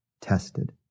tested